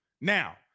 Now